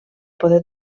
poder